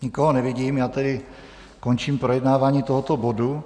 Nikoho nevidím, tedy končím projednávání tohoto bodu.